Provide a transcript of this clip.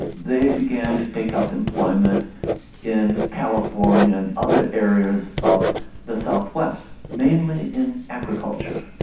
they began to take up employment in california and other areas of the south-west, mainly in agriculture.